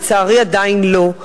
לצערי עדיין לא.